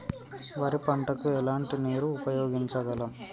వరి పంట కు ఎలాంటి నీరు ఉపయోగించగలం?